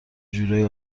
جورایی